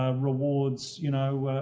ah rewards you know,